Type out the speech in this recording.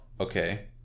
okay